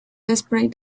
desperate